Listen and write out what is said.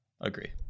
agree